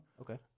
Okay